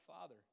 father